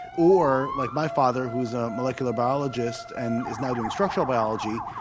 or, like my father, who's a molecular biologist and is now doing structural biology,